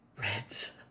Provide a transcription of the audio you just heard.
Reds